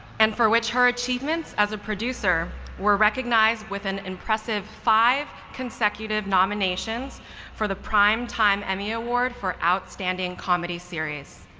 and for which her achievements as a producer were recognized with an impressive five consecutive nominations for the prime time emmy award for outstanding comedy series.